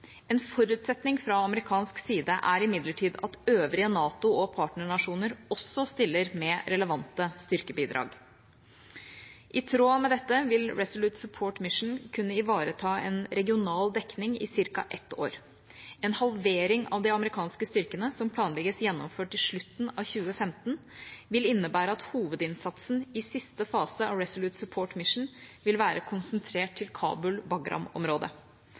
En forutsetning fra amerikanske side er imidlertid at øvrige NATO- og partnernasjoner også stiller med relevante styrkebidrag. I tråd med dette vil Resolute Support mission kunne ivareta en regional dekning i ca. ett år. En halvering av de amerikanske styrkene, som planlegges gjennomført i slutten av 2015, vil innebære at hovedinnsatsen i siste fase av Resolute Support mission vil være konsentrert til